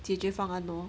解决方案 lor